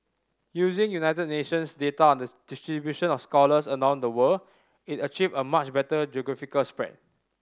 using United Nations data on the distribution of scholars around the world it achieved a much better geographical spread